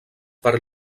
per